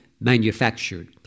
manufactured